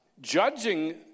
judging